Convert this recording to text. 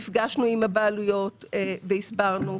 נפגשנו עם הבעלויות והסברנו.